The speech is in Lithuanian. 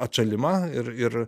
atšalimą ir ir